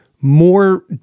more